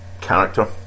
character